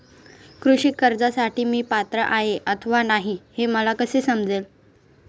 कृषी कर्जासाठी मी पात्र आहे अथवा नाही, हे मला कसे समजेल?